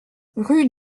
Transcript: rue